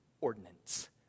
ordinance